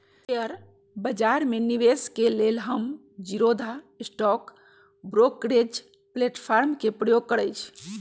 share बजार में निवेश के लेल हम जीरोधा स्टॉक ब्रोकरेज प्लेटफार्म के प्रयोग करइछि